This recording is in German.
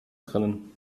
drinnen